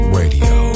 radio